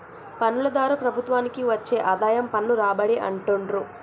పన్నుల ద్వారా ప్రభుత్వానికి వచ్చే ఆదాయం పన్ను రాబడి అంటుండ్రు